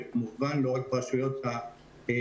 כמובן לא רק מול הרשויות היהודיות,